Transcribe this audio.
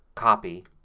copy,